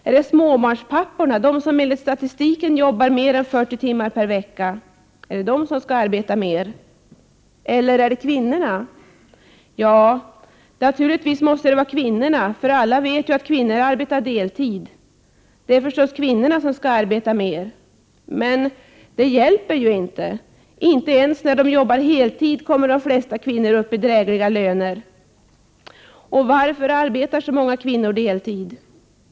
Är det småbarnspapporna, som enligt statistiken arbetar mer än 40 timmar per vecka? Är det de som skall arbeta mer? Eller är det kvinnorna? Ja, naturligtvis måste det vara kvinnorna. Alla vet ju att kvinnor arbetar deltid. Det är naturligtvis kvinnorna som skall arbeta mer! Men det hjälper ju inte. Inte ens när de jobbar heltid kommer de flesta kvinnor upp i drägliga löner. Och varför arbetar så många kvinnor deltid?